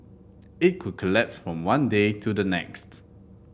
it could collapse from one day to the next